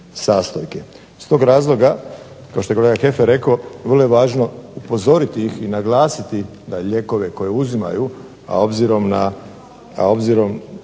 sastojke. Iz tog razloga kao što je Goran Heffer rekao vrlo je važno upozoriti ih i naglasiti da lijekove koje uzimaju, a obzirom da